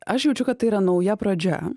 aš jaučiu kad tai yra nauja pradžia